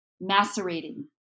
macerating